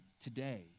today